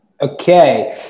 Okay